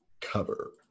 cover